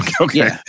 Okay